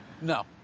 No